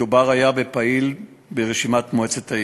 מדובר בפעיל ברשימת מועצת העיר.